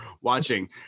watching